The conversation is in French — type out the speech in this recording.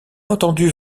entendu